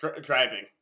driving